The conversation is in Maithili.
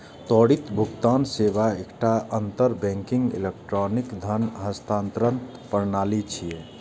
त्वरित भुगतान सेवा एकटा अंतर बैंकिंग इलेक्ट्रॉनिक धन हस्तांतरण प्रणाली छियै